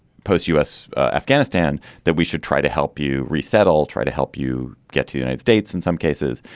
post u s. afghanistan that we should try to help you resettle try to help you get to united states in some cases.